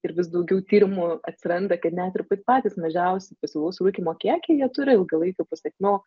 ir vis daugiau tyrimų atsiranda kad net ir patys mažiausi pasyvaus rūkymo kiekiai jie turi ilgalaikių pasekmių